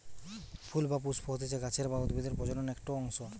ফুল বা পুস্প হতিছে গাছের বা উদ্ভিদের প্রজনন একটো অংশ